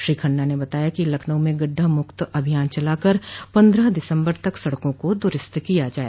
श्री खन्ना ने बताया कि लखनऊ में गड्ढा मुक्त अभियान चलाकर पन्द्रह दिसम्बर तक सड़कों को दुरूस्त किया जाय